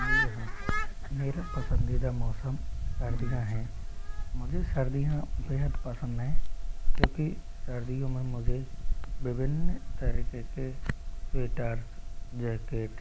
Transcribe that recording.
जी हाँ मेरा पसंदीदा मौसम सर्दियाँ हैं मुझे सर्दियाँ बेहद पसंद हैं क्योंकि सर्दियो में मुझे विभिन्न तरीके के स्वेटर्स जैकेट्स